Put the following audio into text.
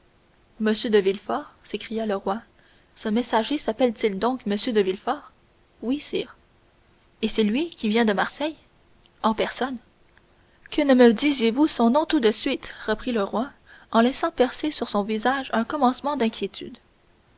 m de villefort s'écria le roi ce messager s'appelle-t-il donc m de villefort oui sire et c'est lui qui vient de marseille en personne que ne me disiez-vous son nom tout de suite reprit le roi en laissant percer sur son visage un commencement d'inquiétude